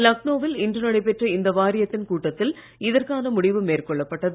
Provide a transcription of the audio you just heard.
லக்னோவில் இன்று நடைபெற்ற இந்த வாரியத்தின் கூட்டத்தில் இதற்கான முடிவு மேற்கொள்ளப்பட்டது